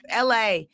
LA